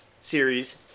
series